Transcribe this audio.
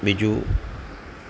બીજું